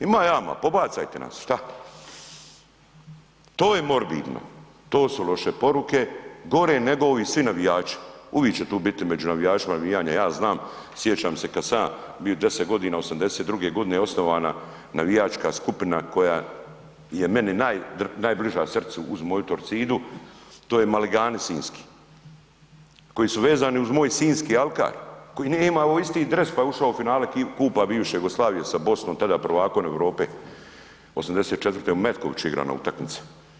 Ima jama, pobacajte nas, šta, to je morbidno, to su loše poruke, gore nego ovi svi navijači, uvik će tu bit među navijačima navijanja, ja znam, sjećam se kad sam ja bio 10.g., '82.g. je osnovana navijačka skupina koja je meni najbliža srcu uz moju Torcidu, to je maligani sinjski, koji su vezani uz moj sinjski alkar, koji nije imao isti dres, pa je ušao u finale kupa bivše Jugoslavije sa Bosnom, tada prvakom Europe, '84. u Metkoviću igrano na utakmici.